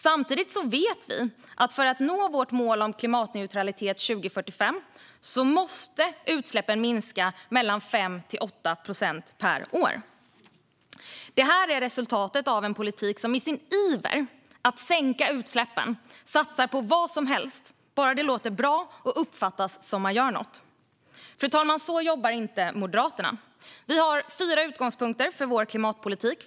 Samtidigt vet vi att för att vi ska nå vårt mål om klimatneutralitet 2045 måste utsläppen minska med mellan 5 och 8 procent per år. Det här är resultatet av en politik som i sin iver att sänka utsläppen satsar på vad som helst bara det låter bra och uppfattas som att man gör något. Fru talman! Så jobbar inte Moderaterna. Vi har fyra utgångspunkter för vår klimatpolitik.